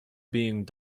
being